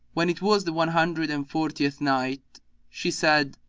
when it was the one hundred and fortieth night, she said,